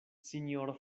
sinjoro